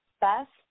best